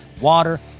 water